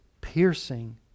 piercing